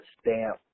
stamp